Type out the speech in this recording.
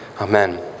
Amen